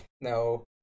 No